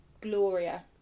gloria